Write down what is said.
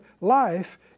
life